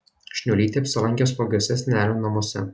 šniuolytė apsilankė slogiuose senelių namuose